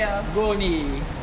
rolly